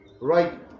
right